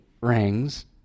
rings